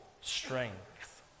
strength